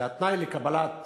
שהתנאי לקבלת